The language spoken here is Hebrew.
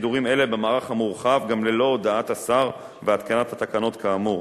שידורים אלה במערך המורחב גם ללא הודעת השר והתקנת התקנות כאמור.